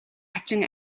хачин